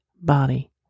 body